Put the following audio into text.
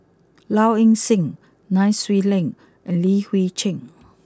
Low Ing sing Nai Swee Leng and Li Hui Cheng